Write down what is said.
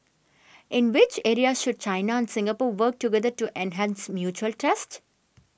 in which areas should China and Singapore work together to enhance mutual trusts